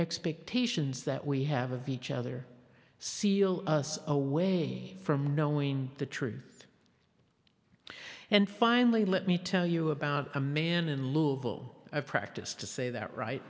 expectations that we have of each other seal us away from knowing the truth and finally let me tell you about a man in louvel i practice to say that right